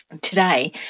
Today